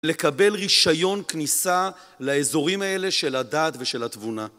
לקבל רישיון כניסה לאזורים האלה של הדעת ושל התבונה.